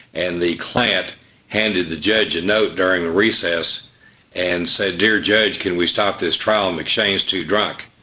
and the client handed the judge a note during the recess and said, dear judge, can we stop this trial? mcshane's too drunk.